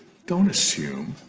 don't assume